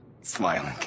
Smiling